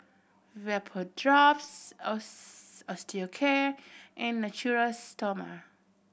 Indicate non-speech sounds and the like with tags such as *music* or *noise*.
Vapodrops *unintelligible* Osteocare and Natural Stoma